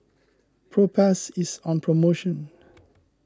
Propass is on promotion